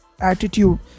attitude